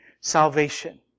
salvation